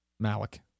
Malik